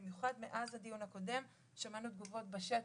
במיוחד מאז הדיון הקודם שמענו תגובות בשטח,